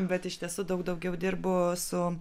bet iš tiesų daug daugiau dirbu su